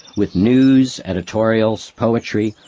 with news, editorials, poetry,